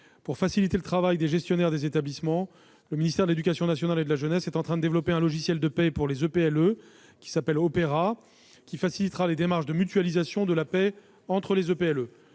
Pour faciliter le travail des gestionnaires des établissements, le ministère de l'éducation nationale et de la jeunesse est en train de développer un logiciel de paie pour les EPLE, qui s'appelle OPER@. Il facilitera les démarches de mutualisation de la paie entre les EPLE.